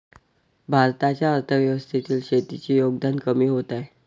भारताच्या अर्थव्यवस्थेतील शेतीचे योगदान कमी होत आहे